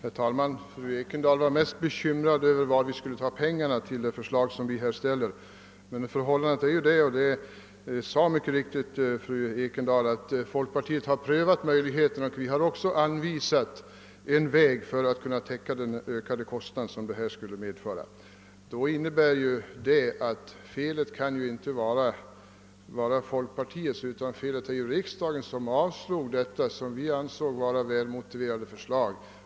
Herr talman! Fru Ekendahl var bekymrad över var vi skulle ta pengarna för genomförande av det förslag vi framlagt, men som hon själv nämnde har folkpartiet anvisat en väg för att täcka de ökade kostnaderna för förslagets genomförande. Det innebär att om pengar saknas kan inte felet vara folkpartiets utan riksdagens, som har avslagit detta enligt vår egen mening välmotiverade förslag.